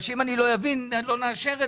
עשינו את